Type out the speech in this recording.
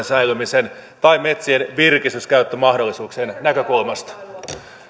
säilymisen tai metsien virkistyskäyttömahdollisuuksien näkökulmasta